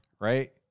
right